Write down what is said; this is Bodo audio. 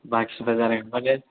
बाखिबा जानाय नङा दे